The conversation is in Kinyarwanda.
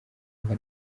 mba